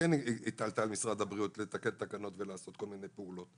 שכן הטלת על משרד הבריאות לתקן תקנות ולעשות כל מיני פעולות?